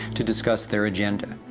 to discuss their agenda.